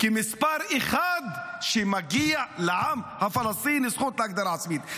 כי מס' אחת הוא שמגיעה לעם הפלסטיני זכות להגדרה עצמית.